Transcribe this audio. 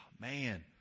man